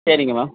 சரிங்க மேம்